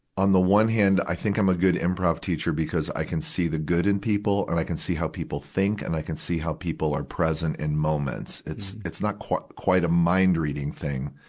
on the one hand, i think i'm a good improve teacher because i can see the good in people, and i can see how people think, and i can see how people are present in moments. it's, it's not quite, quite a mind reading thing,